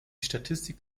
statistik